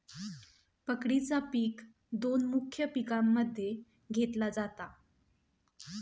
पकडीचा पिक दोन मुख्य पिकांमध्ये घेतला जाता